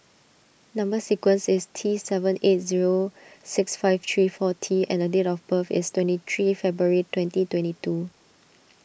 Number Sequence is T seven eight zero six five three four T and date of birth is twenty three February twenty twenty two